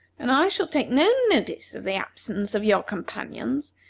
and i shall take no notice of the absence of your companions.